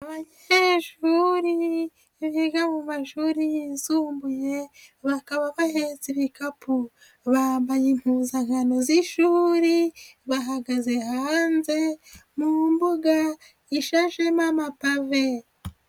Abanyeshuri biga mu mashuri yisumbuye bakaba bahetse ibikapu, bambaye impuzankano z'ishuri bahagaze hanze mu mbuga ishashemo amapave.